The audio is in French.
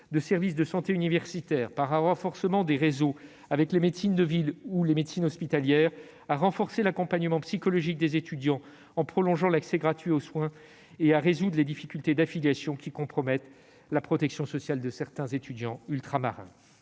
de services de santé universitaires par un renforcement des réseaux avec les médecines de ville ou hospitalière, à renforcer l'accompagnement psychologique des étudiants en prolongeant l'accès gratuit aux soins psychologiques et à résoudre les difficultés d'affiliation qui compromettent la protection sociale de certains étudiants ultramarins.